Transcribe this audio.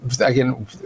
again